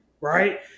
right